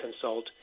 consult